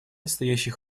настоящий